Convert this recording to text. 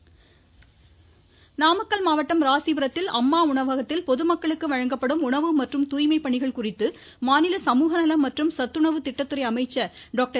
அமைச்சர் சரோஜா நாமக்கல் மாவட்டம் ராசிபுரத்தில் அம்மா உணவகத்தில் பொதுமக்களுக்கு வழங்கப்படும் உணவு மற்றும் துாய்மை பணிகள் குறித்து மாநில சமூக நலம் மற்றும் சத்துணவு திட்டதுறை அமைச்சர் டாக்டர்